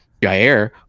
Jair